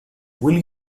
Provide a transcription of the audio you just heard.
will